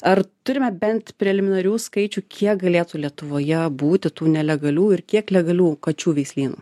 ar turime bent preliminarių skaičių kiek galėtų lietuvoje būti tų nelegalių ir kiek legalių kačių veislynų